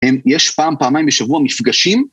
יש פעם, פעמיים בשבוע, מפגשים.